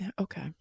okay